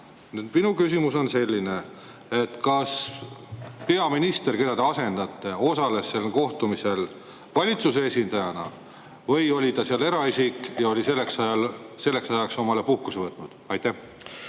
minu küsimus on selline: kas peaminister, keda te asendate, osales sellel kohtumisel valitsuse esindajana või oli ta seal eraisikuna ja oli selleks ajaks puhkuse võtnud? Aitäh!